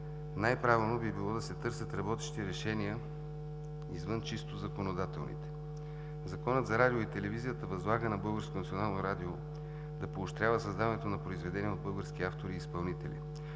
най-правилно би било да се търсят работещи решения извън чисто законодателните. Законът за радио и телевизия възлага на Българското национално радио да поощрява създаването на произведения от български автори и изпълнители.